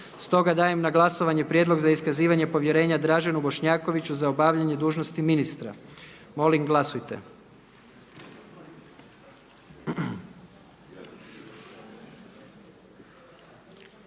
Dajem na glasovanje Prijedlog za iskazivanje povjerenja Lovri Kuščeviću za obavljanje dužnosti ministra uprave. Molim glasujte.